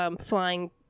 flying